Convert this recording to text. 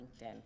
LinkedIn